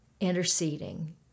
interceding